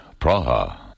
Praha